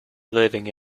living